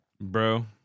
bro